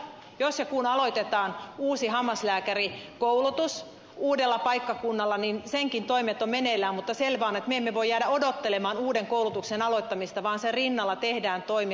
jos ja kun aloitetaan uusi hammaslääkärikoulutus uudella paikkakunnalla niin senkin toimet ovat meneillään mutta selvää on että me emme voi jäädä odottelemaan uuden koulutuksen aloittamista vaan sen rinnalla tehdään toimia